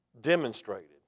demonstrated